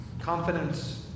confidence